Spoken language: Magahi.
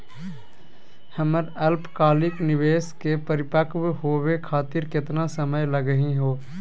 हमर अल्पकालिक निवेस क परिपक्व होवे खातिर केतना समय लगही हो?